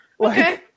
okay